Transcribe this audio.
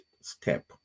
step